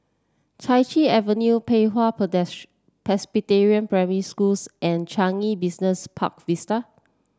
Chai Chee Avenue Pei Hwa Presbyterian Primary School and Changi Business Park Vista